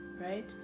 right